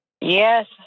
Yes